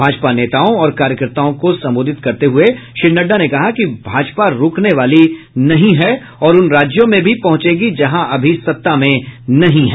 भाजपा नेताओं और कार्यकर्ताओं को संबोधित करते हुए श्री नड्डा ने कहा कि भाजपा रुकने वाली नहीं है और उन राज्यों में भी पहुंचेगी जहां अभी सत्ता में नहीं है